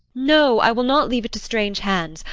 no, i will not leave it to strange hands.